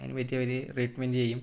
അതിന് പറ്റിയ അവർ ട്രീറ്റ്മെൻറ് ചെയ്യും